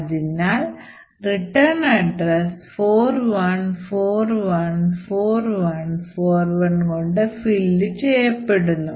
അതിനാൽ return address 41414141 കൊണ്ട് fill ചെയ്യുന്നു